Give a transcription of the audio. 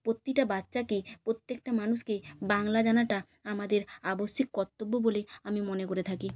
প্রতিটা বাচ্চাকে প্রত্যেকটা মানুষকে বাংলা জানাটা আমাদের আবশ্যিক কর্তব্য বলে আমি মনে করে থাকি